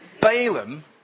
Balaam